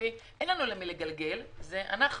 סביבי שאין לנו למי לגלגל זה אנחנו,